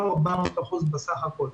לא 400% בסך הכול.